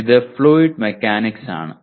ഇത് fluid mechanics ആണ്